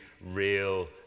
real